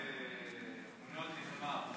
כבוד היושב-ראש,